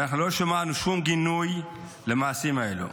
ואנחנו לא שמענו שום גינוי למעשים האלו.